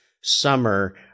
summer